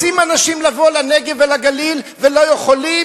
רוצים אנשים לבוא לנגב ולגליל ולא יכולים,